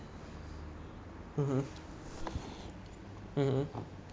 mmhmm mmhmm